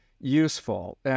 useful